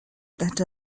that